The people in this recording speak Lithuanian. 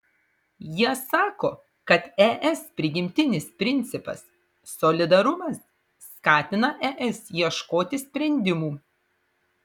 jie sako kad es prigimtinis principas solidarumas skatina es ieškoti sprendimų